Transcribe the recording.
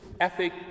ethic